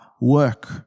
work